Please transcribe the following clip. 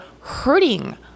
hurting